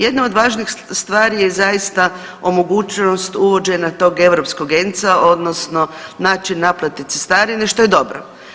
Jedna od važnijih stvari je zaista omogućenost uvođenja tog europskog ENC-a, odnosno način naplate cestarine, što je dobro.